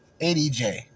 ADJ